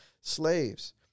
slaves